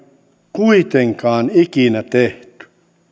kuitenkaan ikinä tehty